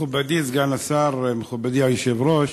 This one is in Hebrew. מכובדי סגן השר, מכובדי היושב-ראש,